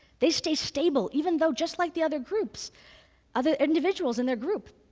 they stay stable, even though just like the other groups other individuals in their group,